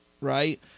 right